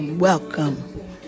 Welcome